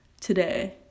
today